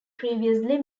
previously